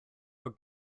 for